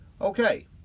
Okay